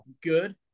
good